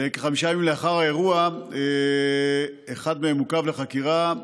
וכחמישה ימים לאחר האירוע אחד מהם עוכב לחקירה,